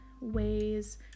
ways